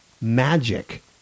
magic